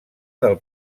del